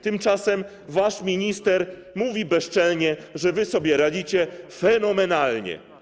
Tymczasem wasz minister mówi bezczelnie, że wy sobie radzicie fenomenalnie.